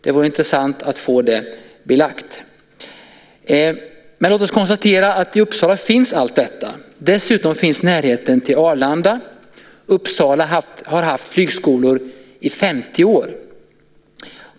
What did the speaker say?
Det vore intressant att få det belagt. Låt oss konstatera att allt finns i Uppsala. Dessutom finns närheten till Arlanda. Uppsala har haft flygskolor i 50 år.